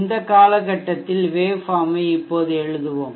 இந்த காலகட்டத்தில் வேவ்ஃபார்ம் ஐ இப்போது எழுதுவோம்